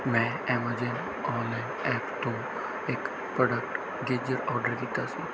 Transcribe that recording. ਮੈਂ Amazon online app ਤੋਂ ਇੱਕ ਪ੍ਰੋਡੈਕਟ ਗੀਜਰ ਔਡਰ ਕੀਤਾ ਸੀ